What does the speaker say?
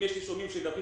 אם יש נישומים והם